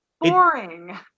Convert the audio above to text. Boring